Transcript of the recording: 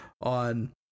on